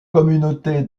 communauté